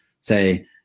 say